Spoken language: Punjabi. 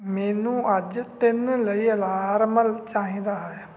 ਮੈਨੂੰ ਅੱਜ ਤਿੰਨ ਲਈ ਅਲਾਰਮਲ ਚਾਹੀਦਾ ਹੈ